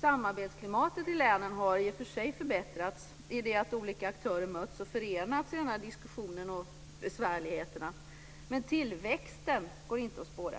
Samarbetsklimatet i länen har i och för sig förbättrats i och med att olika aktörer mötts och förenats i diskussionen och besvärligheterna. Men tillväxten går inte att spåra.